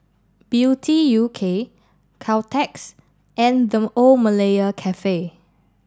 beauty U K Caltex and The Old Malaya Cafe